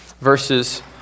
verses